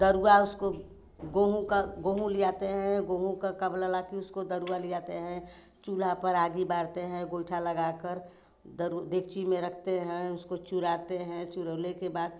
दरुआ उसको गेहूँ का गेहूँ लियाते हैं गेहूँ का का बोला ला कि उसको दरुआ लियाते हैं चूल्हा पर आगी बारते हैं गोइठा लगाकर दरु देगची में रखते हैं उसको चुराते हैं चुरउले के बाद